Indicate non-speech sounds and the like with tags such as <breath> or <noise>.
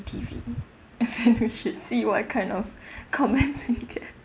T_V and then we should see what kind of <breath> comments we get